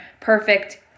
perfect